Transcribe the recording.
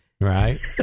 Right